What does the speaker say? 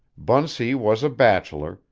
bunsey was a bachelor,